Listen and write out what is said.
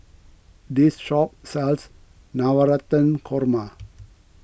this shop sells Navratan Korma